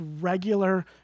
regular